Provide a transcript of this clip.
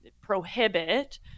prohibit